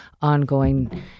ongoing